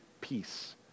peace